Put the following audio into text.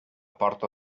porta